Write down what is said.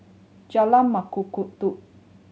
Jalan Mengkudu